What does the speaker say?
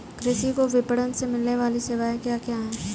कृषि को विपणन से मिलने वाली सेवाएँ क्या क्या है